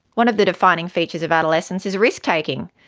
one of the defining features of adolescence is risk-taking.